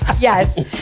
Yes